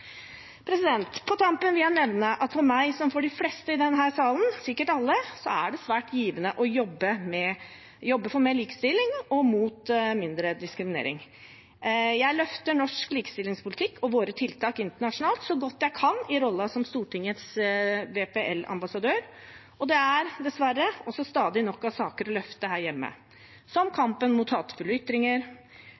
På tampen vil jeg nevne at for meg, som for de fleste i denne salen, sikkert alle, er det svært givende å jobbe for mer likestilling og mot mindre diskriminering. Jeg løfter norsk likestillingspolitikk og våre tiltak internasjonalt så godt jeg kan i rollen som Stortingets WPL-ambassadør. Det er dessverre også stadig nok av saker å løfte her hjemme, som